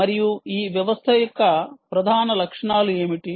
మరియు ఈ వ్యవస్థ యొక్క ప్రధాన లక్షణాలు ఏమిటి